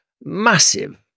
massive